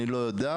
אני לא יודע,